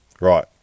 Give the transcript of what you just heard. right